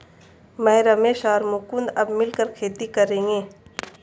मैं, रमेश और मुकुंद अब मिलकर खेती करेंगे